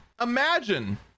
Imagine